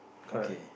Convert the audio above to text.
okay